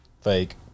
Fake